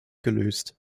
gelöst